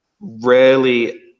rarely